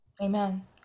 Amen